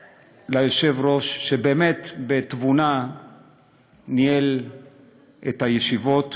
ליושב-ראש, שבאמת בתבונה ניהל את הישיבות,